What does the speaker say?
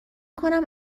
کنم